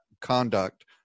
conduct